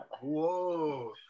whoa